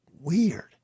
weird